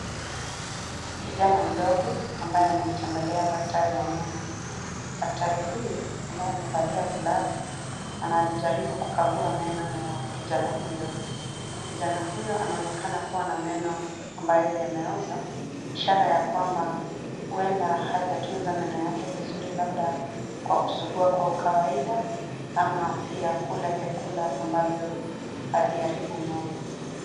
Kijana mdogo, ambaye amemtembelea daktari wa meno. Daktari huyu, ambaye amevalia glavu, anajaribu kukagua meno ya kijana huyo. Kijana huyo anaonekana kuwa na meno ambayo yameoza, ishara ya kwamba huenda hajatunza meno yake vizuri labda kwa kusugua kwa ukawaida, ama pia kula vyakula ambavyo haviharibu meno.